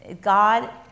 God